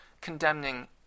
condemning